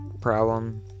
problem